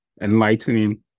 enlightening